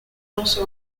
also